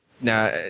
Now